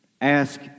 ask